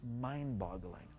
mind-boggling